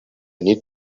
need